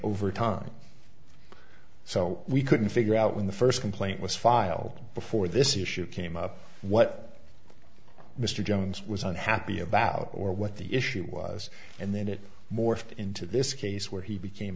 over time so we couldn't figure out when the first complaint was filed before this issue came up what mr jones was unhappy about or what the issue was and then it morphed into this case where he became